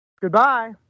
Goodbye